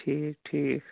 ٹھیٖک ٹھیٖک